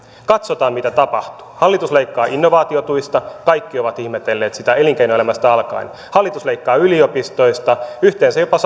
katsotaan mitä tapahtuu hallitus leikkaa innovaatiotuista kaikki ovat ihmetelleet sitä elinkeinoelämästä alkaen hallitus leikkaa yliopistoista yhteensä jopa